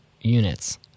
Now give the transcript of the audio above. units